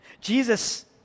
Jesus